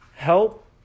Help